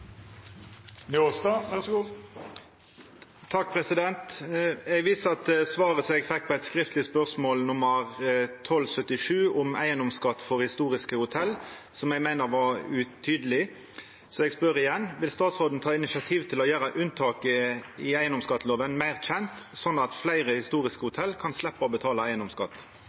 viser til svaret på det skriftlege spørsmålet mitt nr. 1277 om eigedomsskatt for historiske hotell, som eg meiner er utydeleg. Vil statsråden ta initiativ til å gjera unntaka meir kjende, slik at fleire historiske hotell kan få sleppa å betale eigedomsskatt?»